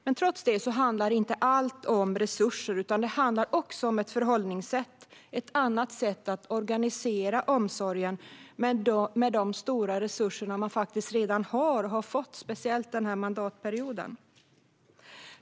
Men trots detta handlar inte allt om resurser, utan det handlar också om ett förhållningssätt, ett annat sätt att organisera omsorgen med de stora resurser som redan finns och har kommit speciellt den här mandatperioden.